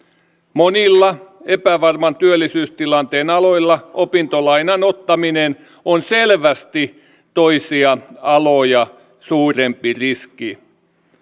monilla epävarman työllisyystilanteen aloilla opintolainan ottaminen on selvästi toisia aloja suurempi riski